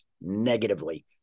negatively